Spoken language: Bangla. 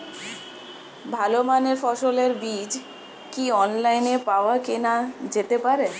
ভালো মানের ফসলের বীজ কি অনলাইনে পাওয়া কেনা যেতে পারে?